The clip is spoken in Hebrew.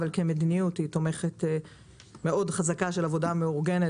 כמדיניות היא תומכת חזקה מאוד של עבודה מאורגנת